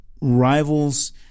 rivals –